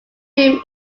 room